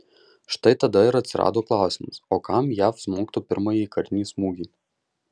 štai tada ir atsirado klausimas o kam jav smogtų pirmąjį karinį smūgį